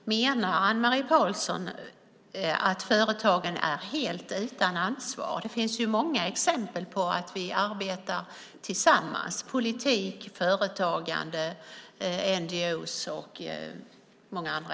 Menar Anne-Marie Pålsson att företagen är helt utan ansvar? Det finns många exempel på att vi arbetar tillsammans - politiker, företagare, NGO:er och många andra.